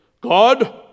God